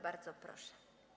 Bardzo proszę.